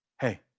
hey